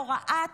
בהוראת שעה,